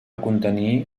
contenir